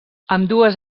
ambdues